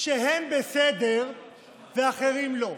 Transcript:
שהם בסדר ואחרים לא.